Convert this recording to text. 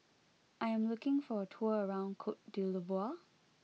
I am looking for a tour around Cote d'Ivoire